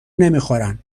نمیخورن